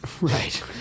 Right